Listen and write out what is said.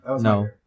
No